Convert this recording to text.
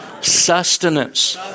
sustenance